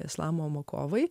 islamo mokovai